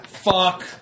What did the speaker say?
Fuck